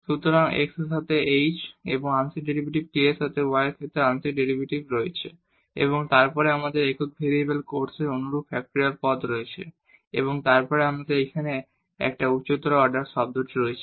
সুতরাং x এর সাথে h এবং আংশিক ডেরিভেটিভ এবং k এর সাথে y এর ক্ষেত্রে আংশিক ডেরিভেটিভ এবং তারপরে আমাদের একক ভেরিয়েবল কেসের অনুরূপ ফ্যাক্টরিয়াল টার্ম রয়েছে এবং তারপরে এখানে আমাদের এই উচ্চতর অর্ডার টার্ম রয়েছে